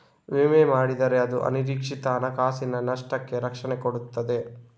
ವಿಮೆ ಮಾಡಿದ್ರೆ ಅದು ಅನಿರೀಕ್ಷಿತ ಹಣಕಾಸಿನ ನಷ್ಟಕ್ಕೆ ರಕ್ಷಣೆ ಕೊಡ್ತದೆ